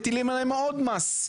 מטילים עליהם עוד מס.